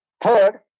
Third